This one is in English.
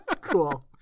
Cool